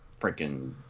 freaking